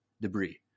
debris